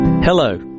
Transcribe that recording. Hello